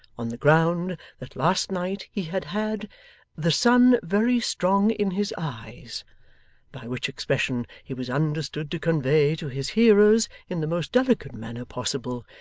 on the ground that last night he had had the sun very strong in his eyes by which expression he was understood to convey to his hearers in the most delicate manner possible,